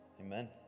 Amen